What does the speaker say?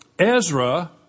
Ezra